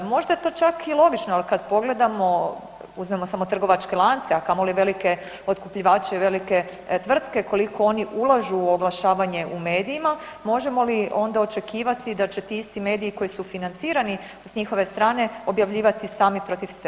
Možda je to čak i logično jer kad pogledamo, uzmemo samo trgovačke lance, a kamoli velike otkupljivače i velike tvrtke, koliko oni ulažu u oglašavanje u medijima, možemo li onda očekivati da će ti isto mediji koji su financirani s njihove strane, objavljivati sami protiv sebe?